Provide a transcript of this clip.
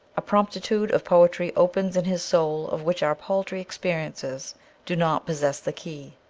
a promptitude of poetry opens in his soul of which our paltry experi ences do not possess the key.